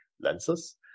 lenses